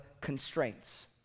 constraints